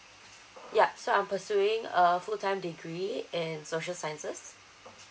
ya so I'm pursuing a full time degree in social sciences